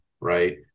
right